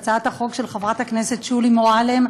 הצעת החוק של חברת הכנסת שולי מועלם,